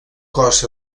cos